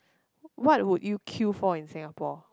what would you queue for in Singapore